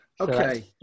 Okay